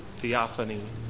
theophany